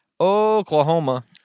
Oklahoma